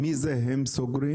מי זה הם סוגרים?